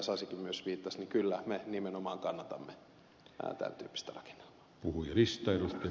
sasikin myös viittasi niin kyllä me nimenomaan kannatamme tämän tyyppistä rakennelmaa